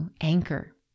anchor